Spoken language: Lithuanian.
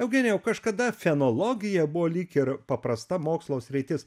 eugenijau kažkada fenologija buvo lyg ir paprasta mokslo sritis